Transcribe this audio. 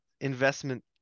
investment